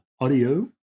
audio